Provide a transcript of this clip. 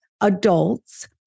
adults